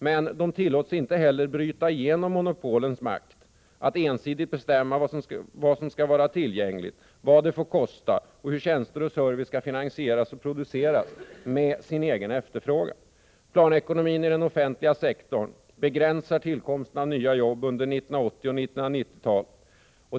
Men de tillåts inte heller bryta igenom monopolens makt att ensidigt bestämma vad som skall vara tillgängligt, vad det får kosta och hur tjänster och service skall finansieras och produceras med sin egen efterfrågan. Planekonomin i den offentliga sektorn begränsar tillkomsten av nya jobb under 1980 och 1990-talen.